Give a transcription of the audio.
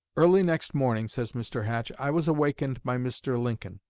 early next morning, says mr. hatch, i was awakened by mr. lincoln.